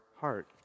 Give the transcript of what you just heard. heart